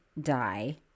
die